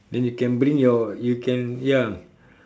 then you can bring your you can ya